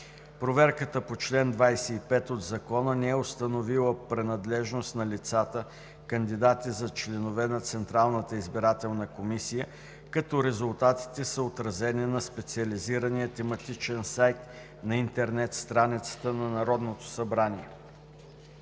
Проверката по чл. 25 от Закона не е установила принадлежност на лицата, кандидати за членове на Централната избирателна комисия, като резултатите са отразени на специализирания тематичен сайт на интернет страницата на Народното събрание.